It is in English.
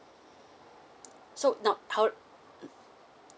so now howe~